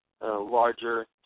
larger